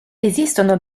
esistono